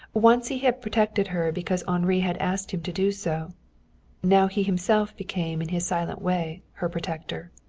once he had protected her because henri had asked him to do so now he himself became in his silent way her protector.